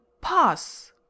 pass